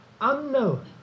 unknown